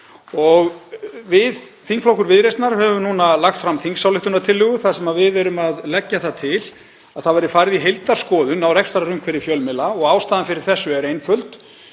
Við þingflokkur Viðreisnar höfum lagt fram þingsályktunartillögu þar sem við leggjum til að það verði farið í heildarskoðun á rekstrarumhverfi fjölmiðla og ástæðan fyrir því er einföld.